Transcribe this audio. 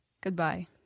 Goodbye